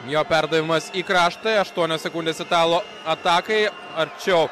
jo perdavimas į kraštą aštuonios sekundės italų atakai arčiau